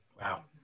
Wow